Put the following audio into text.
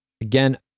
Again